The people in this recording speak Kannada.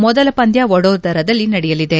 ಮೊದಲ ಪಂದ್ಯ ವಡೋದರದಲ್ಲಿ ನಡೆಯಲಿದೆ